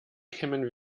kämen